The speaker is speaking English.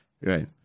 Right